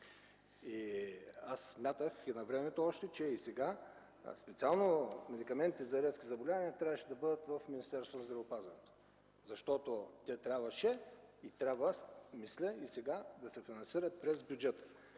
аз смятах още навремето, и сега, че специално медикаментите за редки заболявания трябваше да бъдат в Министерството на здравеопазването, защото те трябваше и сега мисля, че трябва да се финансират през бюджета,